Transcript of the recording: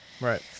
Right